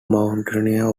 mountaineer